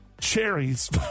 cherries